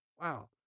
Wow